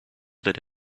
that